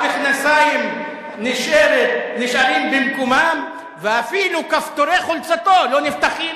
המכנסיים נשארים במקומם ואפילו כפתורי חולצתו לא נפתחים.